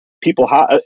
people